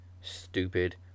stupid